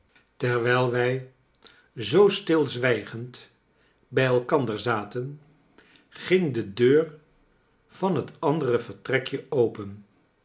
terwijl wij zoo stilzwijgend bij elkander zaten ging de deur van het andere vertrekje open